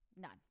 none